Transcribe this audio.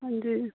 ਹਾਂਜੀ